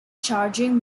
charging